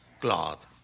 cloth